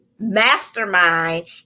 mastermind